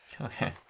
Okay